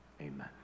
Amen